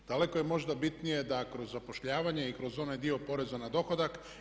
Daleko je možda bitnije da kroz zapošljavanje i kroz onaj dio poreza na dohodak.